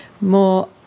more